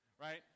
right